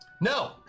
No